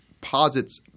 posits